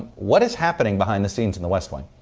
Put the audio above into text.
what is happening behind the scenes in the west wing?